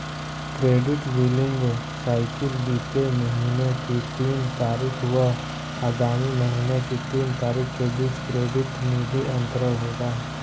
credit billing cycle बीते महीने की तीन तारीख व आगामी महीने की तीन तारीख के बीच क्रेडिट निधि अंतरण होगा